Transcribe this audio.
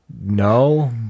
no